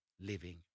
living